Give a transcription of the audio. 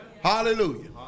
Hallelujah